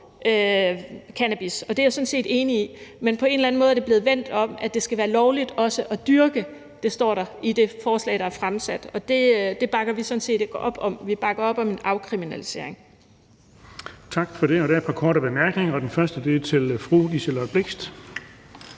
cannabis, og det er jeg sådan set enig i. Men på en eller anden måde er det blevet vendt om til, at det også skal være lovligt at dyrke. Det står der i det forslag, der er fremsat, og det bakker vi sådan set ikke op om. Vi bakker op om en afkriminalisering. Kl. 16:16 Den fg. formand (Erling Bonnesen): Tak for det. Der er et par korte bemærkninger, og den første er til fru Liselott Blixt.